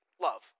love